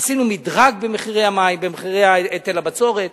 עשינו מדרג במחירי היטל הבצורת.